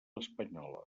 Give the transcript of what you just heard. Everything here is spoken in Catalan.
espanyola